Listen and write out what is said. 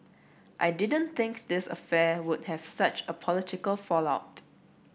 I didn't think this affair would have such a political fallout